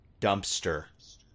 Dumpster